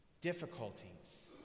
difficulties